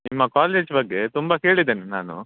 ನಿಮ್ಮ ಕಾಲೇಜ್ ಬಗ್ಗೆ ತುಂಬ ಕೇಳಿದ್ದೇನೆ ನಾನು